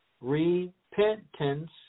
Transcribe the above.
repentance